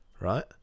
right